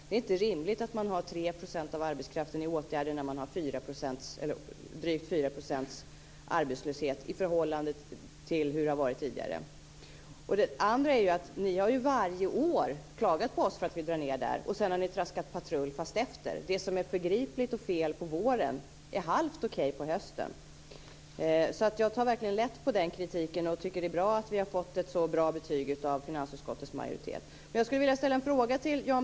Det är inte rimligt att ha 3 % av arbetskraften i åtgärder när man har drygt 4 % arbetslöshet i förhållande till hur det har varit tidigare. För det andra har ni ju varje år klagat på oss för att vi drar ned där. Sedan har ni traskat patrull - fast efter. Det som är förgripligt och fel på våren är halvt okej på hösten. Jag tar alltså verkligen lätt på den kritiken och tycker att det är bra att vi har fått ett så bra betyg av finansutskottets majoritet.